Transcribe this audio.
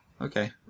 Okay